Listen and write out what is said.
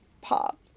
pop